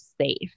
safe